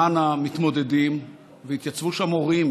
למען המתמודדים, והתייצבו שם הורים,